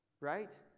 Right